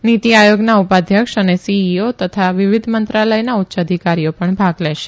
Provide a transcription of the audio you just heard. નીતી આયોગના ઉ ાધ્યક્ષ અને સીઇઓ તથા વિવિધ મંત્રાલયના ઉચ્ય અધિકારીઓ ૈણ ભાગ લેશે